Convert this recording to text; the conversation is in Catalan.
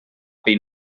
pell